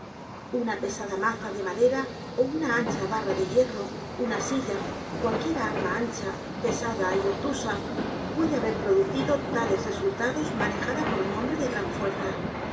una pesada maza de madera ó una ancha b a r r a de hierro una silla cualquiera arma ancha pesada y obtusa puede haber producido tales resultados manejada por un hombre de gran fuerza